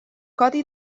codi